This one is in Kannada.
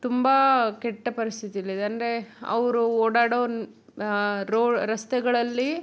ತುಂಬ ಕೆಟ್ಟ ಪರಿಸ್ಥತಿಯಲ್ಲಿದೆ ಅಂದರೆ ಅವರು ಓಡಾಡೋ ರೋ ರಸ್ತೆಗಳಲ್ಲಿ